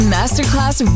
Masterclass